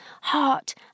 heart